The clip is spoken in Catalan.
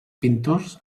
pintors